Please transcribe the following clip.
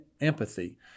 empathy